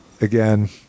again